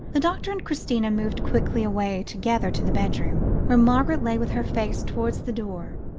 the doctor and christina moved quickly away together to the bedroom, where margaret lay with her face towards the door,